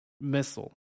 missile